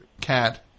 cat